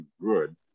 good